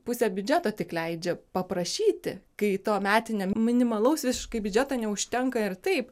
pusę biudžeto tik leidžia paprašyti kai to metiniam minimalaus visiškai biudžeto neužtenka ir taip